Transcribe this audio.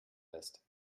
lässt